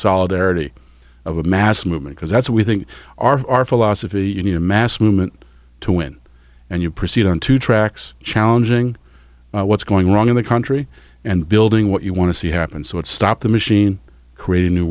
solidarity of a mass movement because that's what we think are our philosophy you need a mass movement to win and you proceed on two tracks challenging what's going wrong in the country and building what you want to see happen so let's stop the machine create a new